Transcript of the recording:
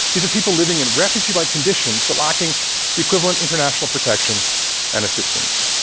these are people living in refugee-like conditions, but lacking the equivalent international protection and assistance.